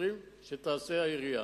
שתעשה העירייה.